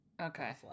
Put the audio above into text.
Okay